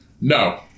No